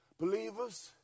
Believers